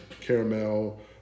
caramel